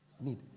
Need